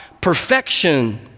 perfection